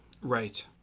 Right